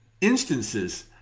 instances